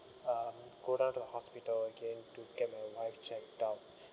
um go down to the hospital again to get my wife checked out